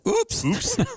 oops